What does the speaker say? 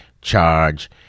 Charge